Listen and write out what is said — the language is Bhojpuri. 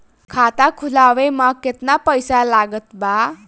खाता खुलावे म केतना पईसा लागत बा?